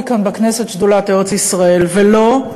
כאן בכנסת "שדולת ארץ-ישראל"; ולא,